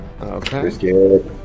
Okay